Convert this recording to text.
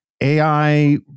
AI